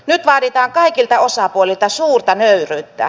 nyt vaaditaan kaikilta osapuolilta suurta nöyryyttä